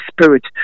Spirit